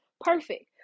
Perfect